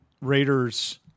Raiders